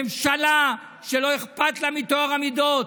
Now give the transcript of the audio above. ממשלה שלא אכפת לה מטוהר המידות,